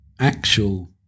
actual